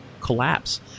collapse